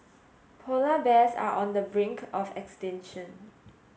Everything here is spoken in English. polar bears are on the brink of extinction